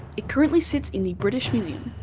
it currently sits in the british museum.